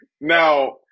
Now